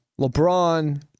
LeBron